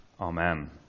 Amen